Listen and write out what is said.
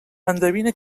endevina